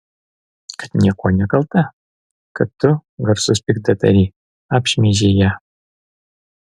kad niekuo nekalta kad tu grasus piktadary apšmeižei ją